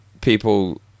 people